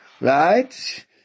right